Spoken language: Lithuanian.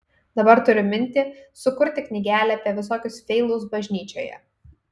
dabar turiu mintį sukurti knygelę apie visokius feilus bažnyčioje